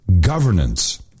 governance